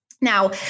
Now